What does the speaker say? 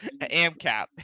AMCAP